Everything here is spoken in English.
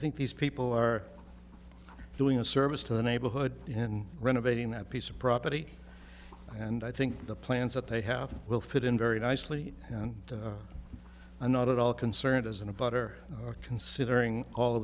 think these people are doing a service to the neighborhood in renovating that piece of property and i think the plans that they have will fit in very nicely and i'm not at all concerned as an about are considering all